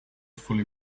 fully